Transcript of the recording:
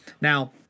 Now